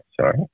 sorry